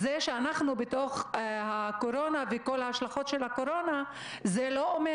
זה שאנחנו בתוך הקורונה וכל ההשלכות של הקורונה זה לא אומר